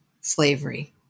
slavery